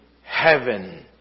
heaven